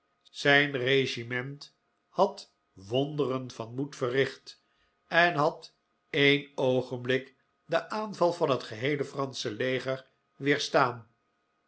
zijn regiment had wonderen van moed verricht en had een oogenblik den aanval van het geheele fransche leger